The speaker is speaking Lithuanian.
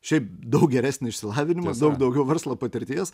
šiaip daug geresnį išsilavinimą daug daugiau verslo patirties